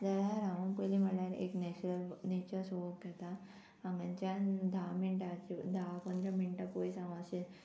जाल्यार हांव पयलीं म्हळ्यार एक नॅचरल नेचर सोग घेता हांगाच्यान धा मिनटांचे धा पंदरा मिनटां पयस हांव अशें